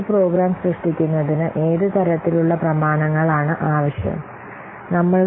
ഒരു പ്രോഗ്രാം സൃഷ്ടിക്കുന്നതിന് ഏത് തരത്തിലുള്ള പ്രമാണങ്ങൾ ആവശ്യമാണ്